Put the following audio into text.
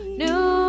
new